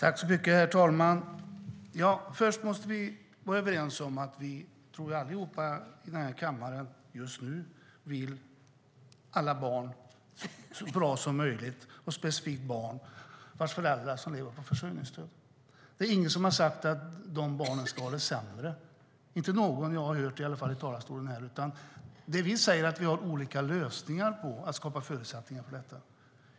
Herr talman! Först måste vi vara överens om en sak. Jag tror att vi allihop i den här kammaren just nu vill att alla barn ska ha det så bra som möjligt, och specifikt barn med föräldrar som lever på försörjningsstöd. Det är ingen som har sagt att de barnen ska ha det sämre. Jag har i alla fall inte hört någon säga det här i talarstolen. Det vi säger är att vi har olika lösningar när det gäller att skapa förutsättningar för detta.